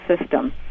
system